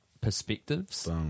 perspectives